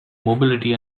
mobility